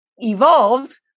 evolved